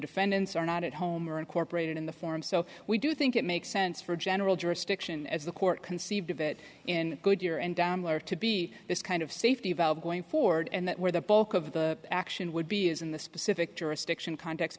defendants are not at home or incorporated in the form so we do think it makes sense for general jurisdiction as the court conceived of it in goodyear and downward to be this kind of safety valve going forward and that where the bulk of the action would be is in the specific jurisdiction context